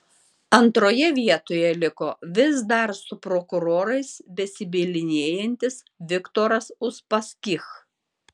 antroje vietoje liko vis dar su prokurorais besibylinėjantis viktoras uspaskich